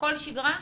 הכול שגרה?